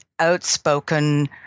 outspoken